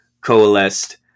coalesced